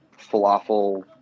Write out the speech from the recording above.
falafel